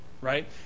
Right